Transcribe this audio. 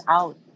out